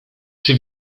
czy